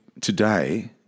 today